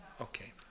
Okay